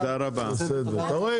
אתה רואה?